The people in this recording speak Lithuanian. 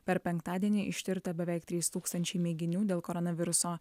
per penktadienį ištirta beveik trys tūkstančiai mėginių dėl koronaviruso